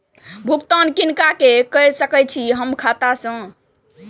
भुगतान किनका के सकै छी हम खाता से?